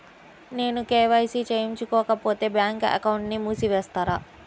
నేను కే.వై.సి చేయించుకోకపోతే బ్యాంక్ అకౌంట్ను మూసివేస్తారా?